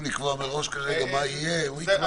אתם רוצים לקבוע מראש מה יהיה הוא יקבע,